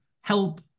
help